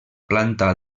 planta